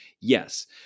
Yes